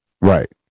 Right